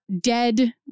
dead